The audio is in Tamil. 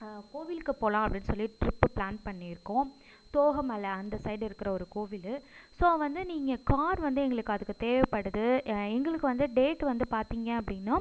கோவிலுக்கு போகலாம் அப்படின் சொல்லி ட்ரிப்பு ப்ளான் பண்ணியிருக்கோம் தோகை மலை அந்த சைட் இருக்கிற ஒரு கோவில் ஸோ வந்து நீங்கள் கார் வந்து எங்களுக்கு அதுக்கு தேவைப்படுது எங்களுக்கு வந்து டேட் வந்து பார்த்திங்க அப்படின்னா